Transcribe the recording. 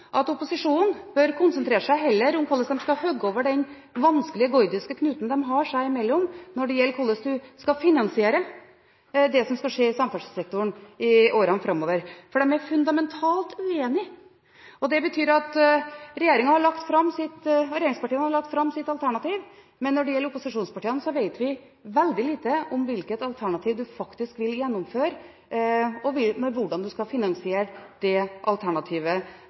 at opposisjonen heller bør konsentrere seg om hvordan de skal hogge over den vanskelige gordiske knuten de har seg imellom når det gjelder hvordan en skal finansiere det som skal skje i samferdselssektoren i årene framover, for de er fundamentalt uenige. Det betyr at regjeringen og regjeringspartiene har lagt fram sitt alternativ, men når det gjelder opposisjonspartiene, vet vi veldig lite om hvilket alternativ de faktisk vil gjennomføre, og hvordan de skal finansiere det alternativet